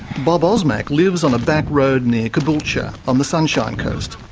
bob osmak lives on a back road near caboolture, on the sunshine coast.